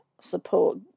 support